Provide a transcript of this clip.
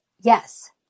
Yes